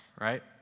right